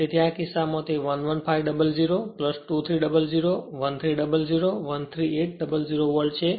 તેથી આ કિસ્સામાં તે 11500 2300 1300 13800 વોલ્ટ છે